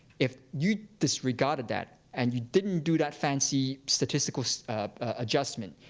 if you disregarded that, and you didn't do that fancy statistical adjustment,